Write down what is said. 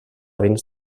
dins